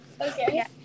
Okay